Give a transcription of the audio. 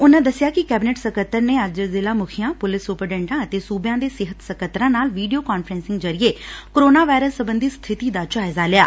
ਉਨਾਂ ਦੱਸਿਆ ਕਿ ਕੈਬਨਿਟ ਸਕੱਤਰ ਨੇ ਅੱਜ ਜਿਲ੍ਹਾ ਮੁਖੀਆਂ ਪੁਲਿਸ ਸੁਪਰਡੈੱਟਾਂ ਅਤੇ ਸੂਬਿਆਂ ਦੇ ਸਿਹਤ ਸਕੱਤਰਾਂ ਨਾਲ ਵੀਡੀਓ ਕਾਨਫਰੰਸਿੰਗ ਜਰੀਏ ਕੋਰੋਨਾ ਵਾਇਰਸ ਸਬੰਧੀ ਸਬਿਤੀ ਦਾ ਜਾਇਜਾ ਲਿਐ